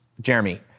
Jeremy